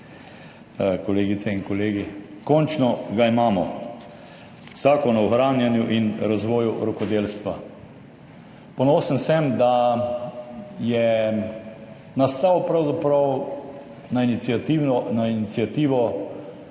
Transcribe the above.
kolegice in kolegi! Končno ga imamo, Zakon o ohranjanju in razvoju rokodelstva. Ponosen sem, da je nastal pravzaprav na iniciativo